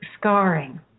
scarring